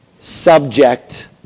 subject